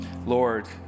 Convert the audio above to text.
Lord